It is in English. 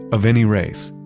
of any race.